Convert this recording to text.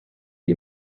die